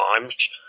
times